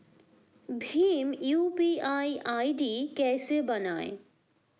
Bhim UPI ID कैसे बनाएं?